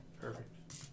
Perfect